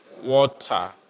water